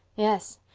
yes,